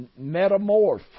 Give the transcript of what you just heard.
metamorph